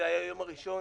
זה היה יום הראשון